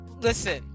Listen